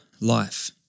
life